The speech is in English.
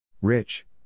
Rich